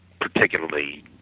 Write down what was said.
particularly